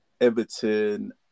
Everton